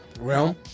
Realm